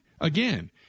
again